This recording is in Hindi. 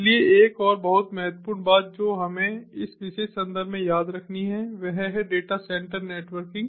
इसलिए एक और बहुत महत्वपूर्ण बात जो हमें इस विशेष संदर्भ में याद रखनी है वह है डेटा सेंटर नेटवर्किंग